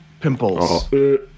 pimples